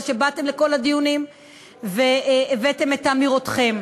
שבאתם לכל הדיונים והבאתם את אמירותיכם.